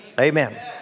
Amen